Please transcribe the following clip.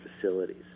facilities